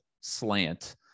slant